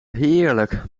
heerlijk